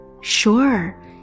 Sure